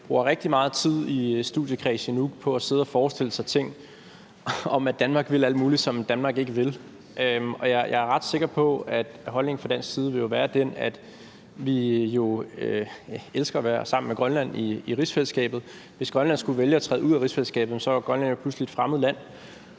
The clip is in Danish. bruger rigtig meget tid i en studiekreds i Nuuk på at sidde og forestille sig ting om, at Danmark vil alt muligt, som Danmark ikke vil. Jeg er ret sikker på, at holdningen fra dansk side vil være den, at vi elsker at være sammen med Grønland i rigsfællesskabet, men at hvis Grønland skulle vælge at træde ud af rigsfællesskabet, er Grønland jo pludselig et fremmed land